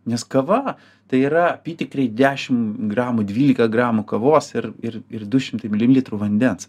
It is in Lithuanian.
nes kava tai yra apytikriai dešim gramų dvylika gramų kavos ir ir ir du šimtai mililitrų vandens